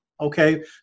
Okay